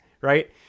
right